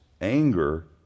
anger